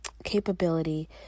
capability